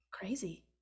crazy